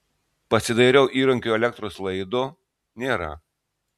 pasidairiau įrankiui elektros laido nėra